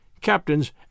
captains